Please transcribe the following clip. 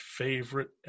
favorite